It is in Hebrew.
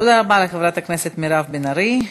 תודה רבה לחברת הכנסת מירב בן ארי.